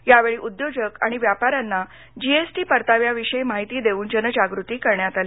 यावेळी उद्योजक आणि व्यापाऱ्यांना जीएसटी परताव्या विषयी माहिती देऊन जनजागृती करण्यात आली